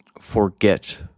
forget